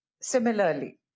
similarly